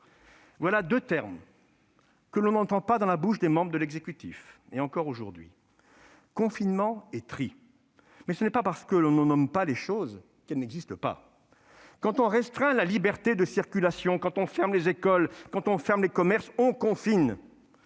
Voilà deux termes que l'on n'entend pas, encore aujourd'hui, dans la bouche des membres de l'exécutif :« confinement » et « tri ». Mais ce n'est pas parce que l'on ne nomme pas les choses qu'elles n'existent pas. Quand on restreint la liberté de circulation, quand on ferme les écoles, quand on ferme les commerces, on confine